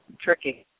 Tricky